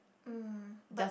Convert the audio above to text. mm but